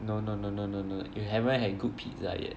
no no no no no no you haven't had good pizza yet